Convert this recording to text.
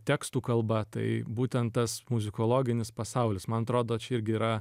tekstų kalba tai būtent tas muzikologinis pasaulis man atrodo čia irgi yra